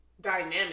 dynamic